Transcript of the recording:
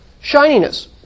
shininess